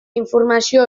informació